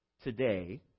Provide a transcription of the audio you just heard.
today